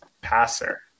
passer